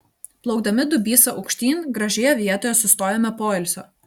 plaukdami dubysa aukštyn gražioje vietoje sustojome poilsio